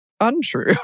untrue